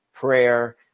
prayer